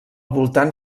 voltant